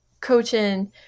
coaching